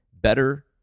better